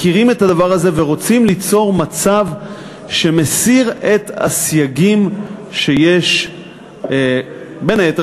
מכירים את הדבר הזה ורוצים ליצור מצב שמסיר את הסייגים שיש בין היתר